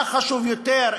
מה חשוב יותר,